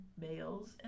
males